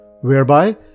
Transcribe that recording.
whereby